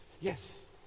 Yes